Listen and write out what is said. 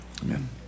amen